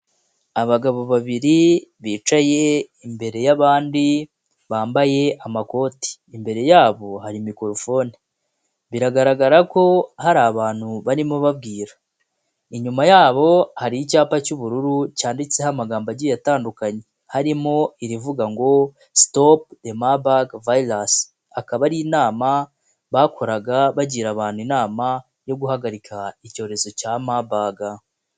Abagabo babiri bicaye imbere y'abandi bambaye amakoti, imbere yabo hari mikoropfone biragaragara ko hari abantu barimo babwira, inyuma yabo hari icyapa cy'ubururu cyanditseho amagambo agiye atandukanye harimo irivuga ngo Stopu de Mabaga viyirasi, akaba ari inama bakoraga bagira abantu inama yo guhagarika icyorezo cya mabaga.